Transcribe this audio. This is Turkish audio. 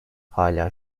hala